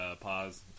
pause